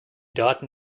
daten